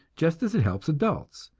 just as it helps adults,